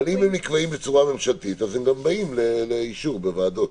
אבל אם הם נקבעים בצורה ממשלתית הם גם באים לאישור בוועדות.